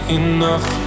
enough